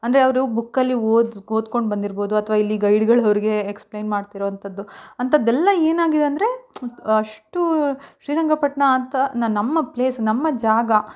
ಅಂದರೆ ಅವರು ಬುಕ್ಕಲ್ಲಿ ಓದಿ ಓದ್ಕೊಂಡು ಬಂದಿರ್ಬೋದು ಅಥವಾ ಇಲ್ಲಿ ಗೈಡ್ಗಳು ಅವ್ರಿಗೆ ಎಕ್ಸ್ಪ್ಲೇನ್ ಮಾಡ್ತಿರುವಂಥದ್ದು ಅಂಥದ್ದೆಲ್ಲ ಏನಾಗಿದೆ ಅಂದರೆ ಅಷ್ಟೂ ಶ್ರೀರಂಗಪಟ್ಟಣ ಅಂತ ನಮ್ಮ ಪ್ಲೇಸ್ ನಮ್ಮ ಜಾಗ